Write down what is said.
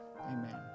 Amen